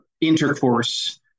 intercourse